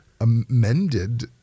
amended